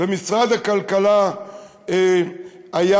ומשרד הכלכלה היה